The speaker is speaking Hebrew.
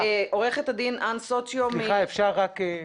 סליחה, אפשר ממש נקודה?